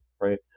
right